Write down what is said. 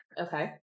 Okay